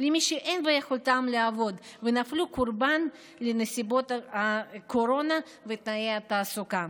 למי שאין ביכולתם לעבוד ושנפלו קורבן לנסיבות הקורונה ותנאי התעסוקה.